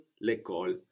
l'école